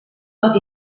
tot